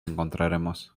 encontraremos